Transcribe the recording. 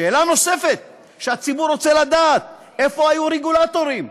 שאלה נוספת שהציבור רוצה לדעת: איפה היו הרגולטורים?